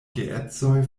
geedzoj